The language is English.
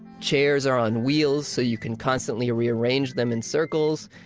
chairs are on wheels so you can constantly rearrange them in circles,